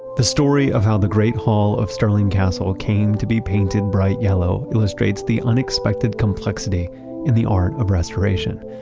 the story of how the great hall of stirling castle came to be painted bright yellow illustrates the unexpected complexity in the art of restoration.